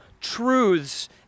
truths